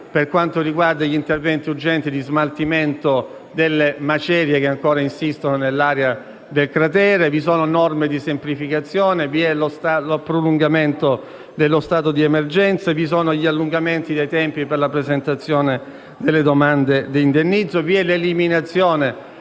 per quanto riguarda gli interventi urgenti di smaltimento delle macerie che ancora insistono nell'area del cratere. Il provvedimento contiene inoltre norme di semplificazione e prevede il prolungamento dello stato di emergenza, l'allungamento dei tempi per la presentazione delle domande di indennizzo e l'eliminazione